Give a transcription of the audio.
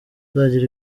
uzagira